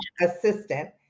assistant